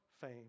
fame